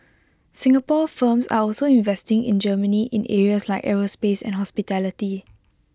Singapore firms are also investing in Germany in areas like aerospace and hospitality